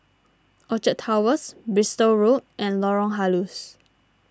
Orchard Towers Bristol Road and Lorong Halus